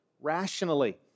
rationally